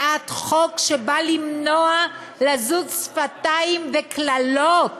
בעד חוק שבא למנוע לזות שפתיים וקללות